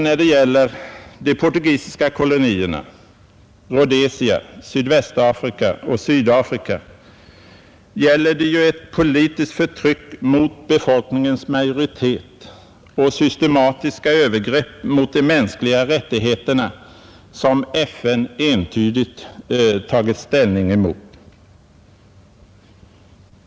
När det gäller de portugisiska kolonierna, Rhodesia, Sydvästafrika och Sydafrika gäller det ju ett politiskt förtryck mot befolkningens majoritet och systematiska övergrepp mot de mänskliga rättigheterna, som FN entydigt tagit ställning emot.